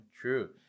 True